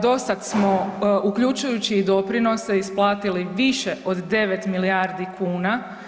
Do sad smo uključujući i doprinose isplatili više od 9 milijardi kuna.